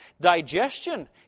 digestion